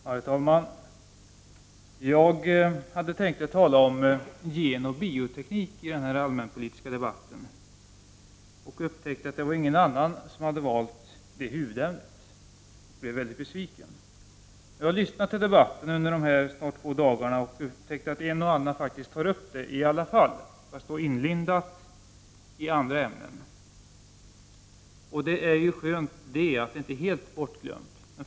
Herr talman! Jag hade tänkt att tala om genoch bioteknik i den allmänpolitiska debatten. Jag upptäckte att ingen annan hade valt det huvudämnet, och jag blev besviken. Jag har lyssnat på debatten under dessa snart två dagar, och jag har upp täckt att en och annan faktiskt ändå tar upp ämnet, fast inlindat i andra ämnen. Det är skönt att ämnet inte är helt bortglömt.